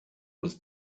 was